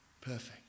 Perfect